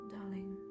Darling